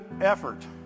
effort